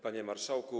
Panie Marszałku!